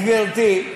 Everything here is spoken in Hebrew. גברתי,